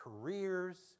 careers